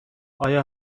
آیا